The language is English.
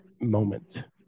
moment